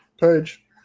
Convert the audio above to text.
page